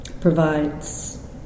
provides